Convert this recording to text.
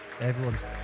Everyone's